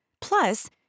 Plus